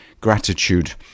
gratitude